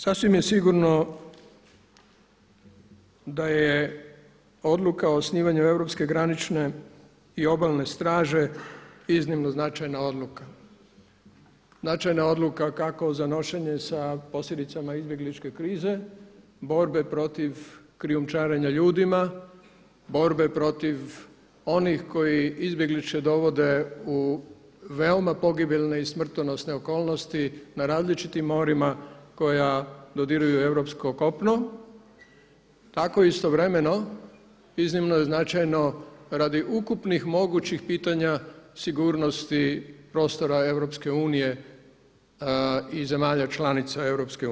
Sasvim je sigurno da je odluka o osnivanju Europske granične i obalne straže iznimno značajna odluka, značajna odluka kako za nošenje posljedicama izbjegličke krize, borbe protiv krijumčarenja ljudima, borbe protiv onih koji izbjeglice dovode u veoma pogibeljne i smrtonosne okolnosti na različitim morima koja dodiruju europsko kopno, tako istovremeno iznimno je značajno radi ukupnih mogućih pitanja sigurnosti prostora EU i zemalja članica EU.